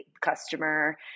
customer